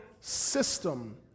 system